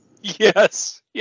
Yes